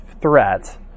threat